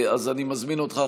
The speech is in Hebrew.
אז אני מזמין אותך,